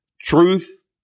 Truth